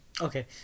Okay